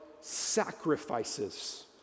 sacrifices